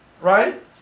right